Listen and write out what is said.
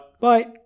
Bye